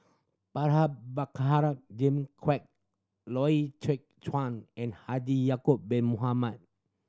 Jimmy Quek Loy Chye Chuan and Haji Ya'acob Bin Mohamed